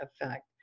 effect